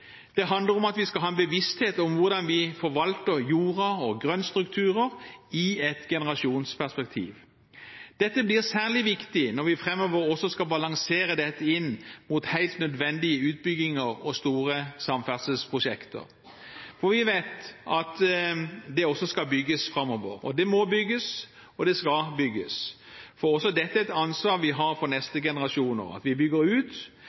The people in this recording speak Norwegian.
Det handler om at vi skal ha en bevissthet om hvordan vi forvalter jorda og grøntstrukturer i et generasjonsperspektiv. Dette blir særlig viktig når vi framover også skal balansere dette inn mot helt nødvendige utbygginger og store samferdselsprosjekter, for vi vet at det også skal bygges framover. Det må bygges, og det skal bygges. Det er også et ansvar vi har overfor de neste generasjoner at vi bygger ut